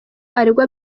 aregwa